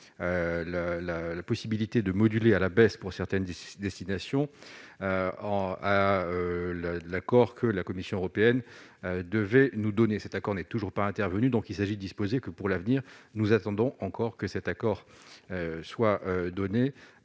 la possibilité de moduler à la baisse pour certaines destinations en à l'accord que la Commission européenne, devait nous donner cet accord n'est toujours pas intervenue donc il s'agit, disposer que pour l'avenir, nous attendons encore que cet accord soit donné